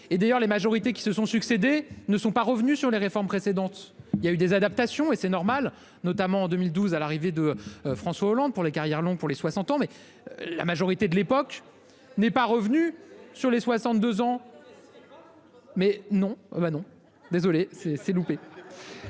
et d'ailleurs les majorités qui se sont succédé ne sont pas revenus sur les réformes précédentes, il y a eu des adaptations et c'est normal, notamment en 2012 à l'arrivée de François Hollande pour les carrières longues pour les 60 ans, mais la majorité de l'époque n'est pas revenu sur les 62 ans. Serait grand. Mais non ben non désolée c'est c'est